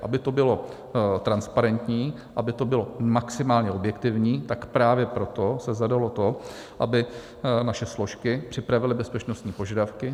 Aby to bylo transparentní, aby to bylo maximálně objektivní, tak právě proto se zadalo to, aby naše složky připravily bezpečnostní požadavky.